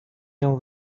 jął